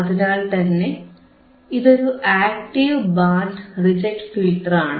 അതിനാൽത്തന്നെ ഇതൊരു active band reject ഫിൽറ്ററാണ്